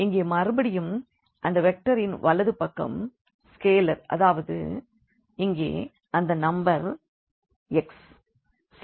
இங்கே மறுபடியும் அந்த வெக்டரின் வலது பக்கம் ஸ்கேலர் அதாவது இங்கே அந்த நம்பர் x